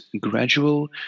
gradual